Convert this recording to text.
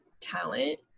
talent